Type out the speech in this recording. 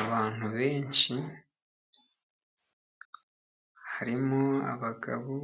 Abantu benshi harimo abagabo